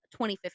2015